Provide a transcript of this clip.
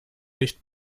nicht